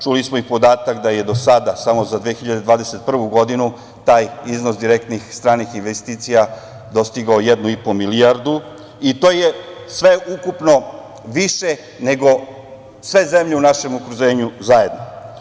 Čuli smo i podatak da je do sada samo za 2021. godinu taj iznos direktnih stranih investicija dostigao 1,5 milijardu i to je sve ukupno više nego sve zemlje u našem okruženju zajedno.